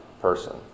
person